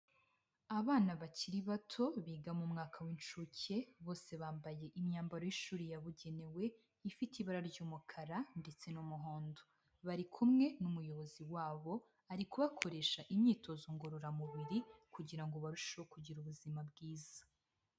Abana bakiri bato biga mu mwaka w'incuke, bose bambaye imyambaro y'ishuri yabugenewe, ifite ibara ry'umukara ndetse n'umuhondo, bari kumwe n'umuyobozi wabo ari kubakoresha imyitozo ngororamubiri, kugira ngo barusheho kugira ubuzima bwiza.